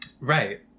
Right